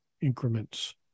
increments